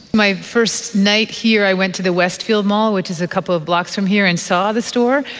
my first night here i went to the westfield mall which is a couple of blocks from here and saw the store.